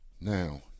Now